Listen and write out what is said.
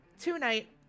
tonight